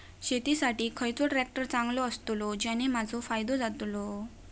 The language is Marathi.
शेती साठी खयचो ट्रॅक्टर चांगलो अस्तलो ज्याने माजो फायदो जातलो?